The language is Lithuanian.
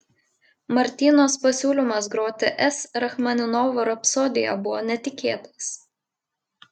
martynos pasiūlymas groti s rachmaninovo rapsodiją buvo netikėtas